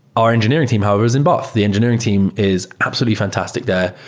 our engineering team however is in bath. the engineering team is absolutely fantastic there.